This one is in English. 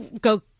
go